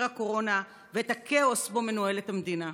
הקורונה ואת הכאוס שבו מנוהלת המדינה.